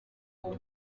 uwo